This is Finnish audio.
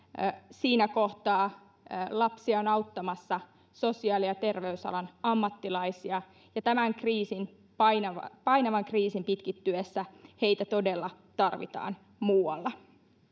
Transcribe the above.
siinä kohtaa lapsia on auttamassa sosiaali ja terveysalan ammattilaisia ja tämän painavan painavan kriisin pitkittyessä heitä todella tarvitaan muualla